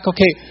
Okay